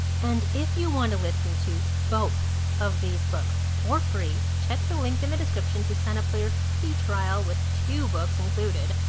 and if you want to listen to both of these books for free, check the link in the description to sign up for your free trial with two books included.